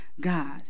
God